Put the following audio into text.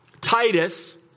Titus